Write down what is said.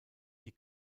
die